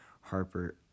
Harper